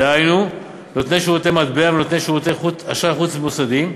דהיינו נותני שירותי מטבע ונותני שירותי אשראי חוץ-מוסדיים.